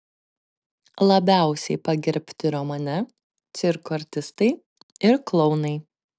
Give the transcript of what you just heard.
labiausiai pagerbti romane cirko artistai ir klounai